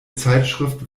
zeitschrift